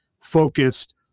focused